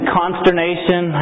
consternation